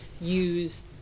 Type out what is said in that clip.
use